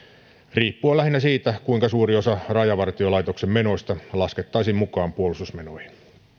riippuen lähinnä siitä kuinka suuri osa rajavartiolaitoksen menoista laskettaisiin mukaan puolustusmenoihin